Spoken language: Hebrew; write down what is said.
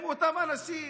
זה אותם אנשים